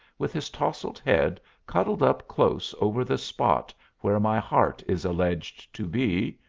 with his tousled head cuddled up close over the spot where my heart is alleged to be,